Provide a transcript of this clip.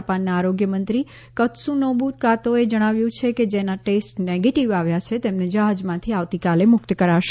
જાપાનના આરોગ્યમંત્રી કત્સુનોબુ કાતોએ જણાવ્યું કે જેના ટેસ્ટ નેગેટીવ આવ્યા છે તેમને જહાજમાંથી આવતીકાલે મુક્ત કરાશે